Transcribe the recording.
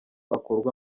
akurwa